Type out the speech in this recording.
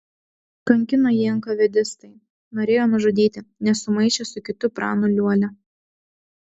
kankino jį enkavedistai norėjo nužudyti nes sumaišė su kitu pranu liuolia